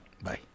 bye